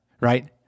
right